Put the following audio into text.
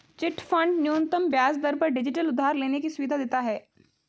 chit fund न्यूनतम ब्याज दर पर डिजिटल उधार लेने की सुविधा देता है